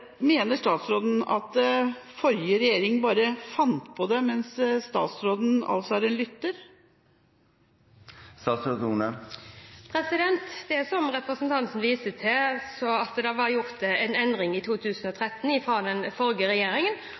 Mener statsråden at forrige regjering bare fant på det, mens statsråden altså er en lytter? Det ble, som representanten Mandt viser til, gjort en endring i 2013 av den forrige regjeringen.